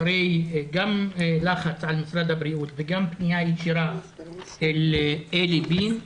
אחרי לחץ על משרד הבריאות וגם פנייה ישירה אל אלי בין,